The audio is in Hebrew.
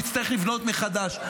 נצטרך לבנות מחדש.